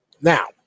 Now